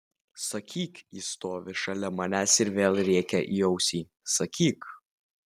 sakyk ji stovi šalia manęs ir vėl rėkia į ausį sakyk